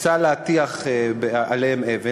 ניסה להטיח בהם אבן.